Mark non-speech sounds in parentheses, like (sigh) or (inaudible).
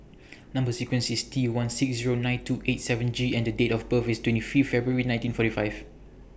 (noise) Number sequence IS T one six Zero nine two eight seven G and Date of birth IS twenty five February nineteen forty five